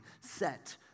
set